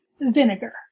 vinegar